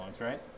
right